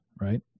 right